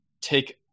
take